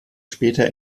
später